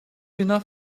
enough